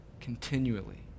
continually